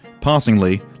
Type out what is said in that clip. passingly